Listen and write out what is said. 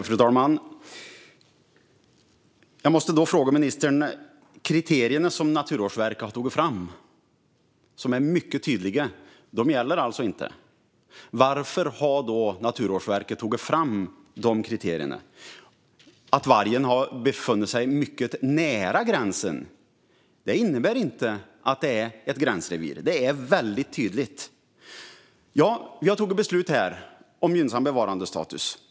Fru talman! De mycket tydliga kriterier som Naturvårdsverket har tagit fram gäller alltså inte? Varför har då Naturvårdsverket tagit fram kriterierna? Att vargen har befunnit sig mycket nära gränsen innebär inte att det är ett gränsrevir. Det är tydligt. Ja, vi har fattat beslut i riksdagen om gynnsam bevarandestatus.